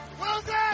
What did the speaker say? Wilson